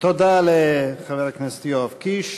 תודה לחבר הכנסת יואב קיש.